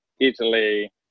Italy